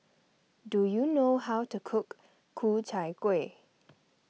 do you know how to cook Ku Chai Kuih